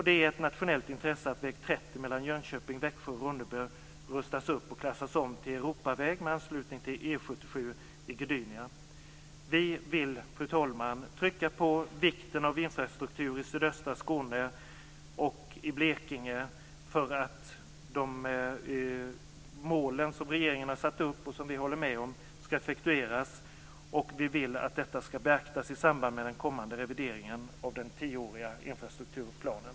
Det är ett nationellt intresse att väg 30 mellan Fru talman! Vi vill betona vikten av infrastrukturer i sydöstra Skåne och i Blekinge för att de mål som regeringen har satt upp och som vi håller med om skall effektueras. Vi vill att detta skall beaktas i samband med den kommande revideringen av den tioåriga infrastrukturplanen.